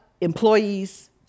employees